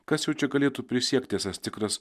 kas jau čia galėtų prisiekti esąs tikras